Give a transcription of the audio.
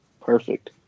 Perfect